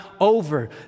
over